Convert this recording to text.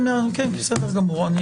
בסדר גמור.